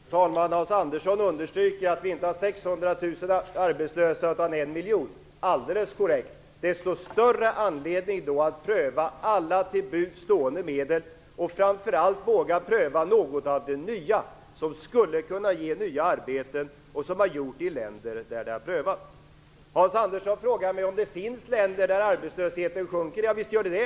Fru talman! Hans Andersson understryker att vi inte har 600 000 arbetslösa utan 1 miljon. Det är helt korrekt. Då finns det desto större anledning att pröva alla till buds stående medel och att framför allt våga pröva något av det nya som skulle kunna ge nya arbetstillfällen, och som har gjort det i länder där detta har prövats. Hans Andersson frågar mig om det finns länder där arbetslösheten sjunker. Javisst är det så.